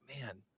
man